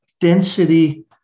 density